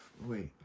Wait